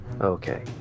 Okay